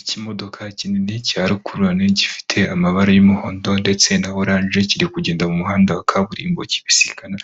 Ikimodoka kinini cya rukururana gifite amabara y'umuhondo ndetse na oranje, kiri kugenda mu muhanda wa kaburimbo kibisikana